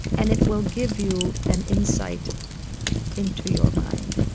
and it will give you an insight into your mind.